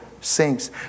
sinks